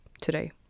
today